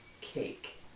cake